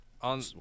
On